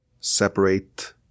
separate